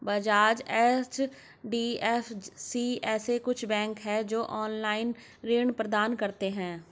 Bajaj, HDFC जैसे कुछ bank है, जो ऑनलाईन ऋण प्रदान करते हैं